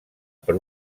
per